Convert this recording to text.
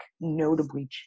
notably